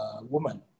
woman